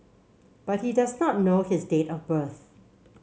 but he does not know his date of birth